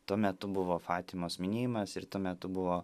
tuo metu buvo fatimos minėjimas ir tuo metu buvo